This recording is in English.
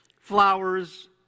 flowers